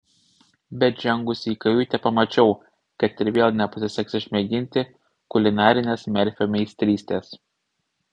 bet žengusi į kajutę pamačiau kad ir vėl nepasiseks išmėginti kulinarinės merfio meistrystės